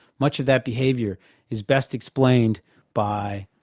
much of that behaviour is best explained by